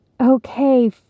Okay